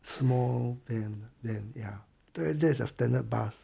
small van then ya that that is their standard bus